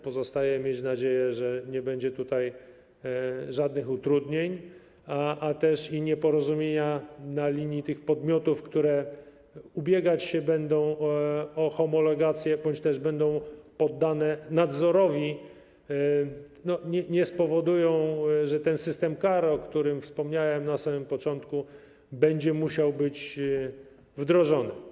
Pozostaje mieć nadzieję, że nie będzie tutaj żadnych utrudnień, a też że nieporozumienia na linii tych podmiotów, które ubiegać się będą o homologację bądź też będą poddane nadzorowi, nie spowodują, że ten system kar, o którym wspomniałem na samym początku, będzie musiał być wdrożony.